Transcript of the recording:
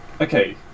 okay